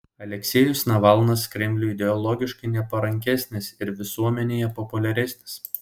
aleksejus navalnas kremliui ideologiškai neparankesnis ir visuomenėje populiaresnis